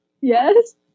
yes